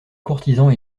courtisans